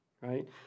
Right